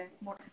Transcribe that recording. more